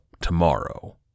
tomorrow